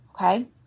okay